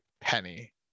Penny